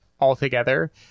altogether